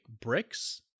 bricks